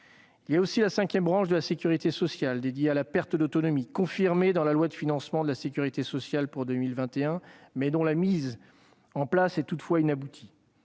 Il y a aussi la cinquième branche de la sécurité sociale dédiée à la perte d'autonomie : confirmée dans la loi de financement de la sécurité sociale pour 2021, sa mise en place est toutefois inaboutie.